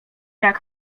jak